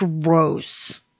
gross